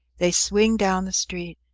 they swing down the street.